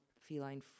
feline